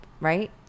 right